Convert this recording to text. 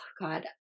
God